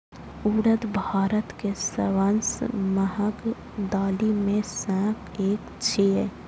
उड़द भारत के सबसं महग दालि मे सं एक छियै